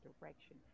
direction